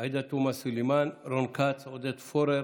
עאידה תומא סלימאן, רון כץ, עודד פורר,